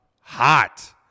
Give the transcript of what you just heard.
hot